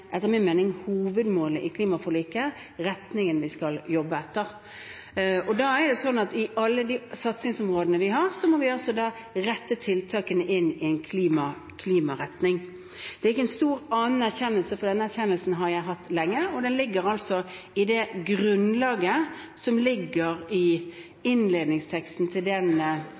hovedmålet i klimaforliket og den retningen vi skal jobbe i. På alle de satsingsområdene vi har, må tiltakene være klimarettet. Dette er ikke en stor anerkjennelse, for den erkjennelsen har jeg hatt lenge. Den ligger i grunnlaget for innledningsteksten til den avtalen som vi har med de fem partiene, og den ligger som innledning til